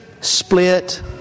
split